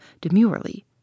demurely